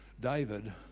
David